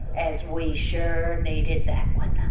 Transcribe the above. as we sure needed that one.